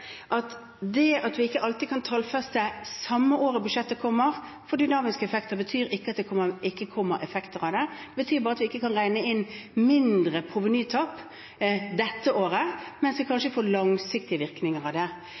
Det at vi ikke alltid kan tallfeste samme året som budsjettet kommer – for dynamiske effekter betyr ikke at det ikke kommer effekter av det – betyr bare at vi ikke kan regne inn mindre provenytap dette året, mens vi kanskje får langsiktige virkninger av det.